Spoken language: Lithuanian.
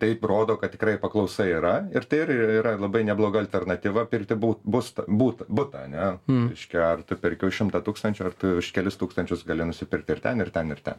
taip rodo kad tikrai paklausa yra ir tai ir yra labai nebloga alternatyva pirkti bu būstą butą butą ane reiškia ar tu perki už šimtą tūkstančių ar tu už kelis tūkstančius gali nusipirkti ir ten ir ten ir ten